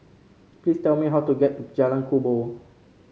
please tell me how to get to Jalan Kubor